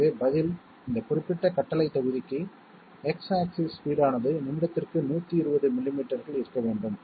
எனவே பதில் இந்த குறிப்பிட்ட கட்டளைத் தொகுதிக்கு X ஆக்ஸிஸ் பீட் ஆனது நிமிடத்திற்கு 120 மில்லிமீட்டர்கள் இருக்க வேண்டும்